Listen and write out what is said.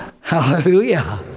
Hallelujah